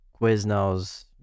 Quiznos